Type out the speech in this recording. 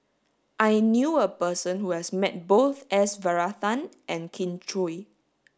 I knew a person who has met both S Varathan and Kin Chui